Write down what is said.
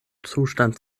zustand